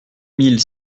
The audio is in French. mille